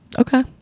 Okay